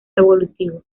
evolutivo